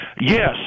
Yes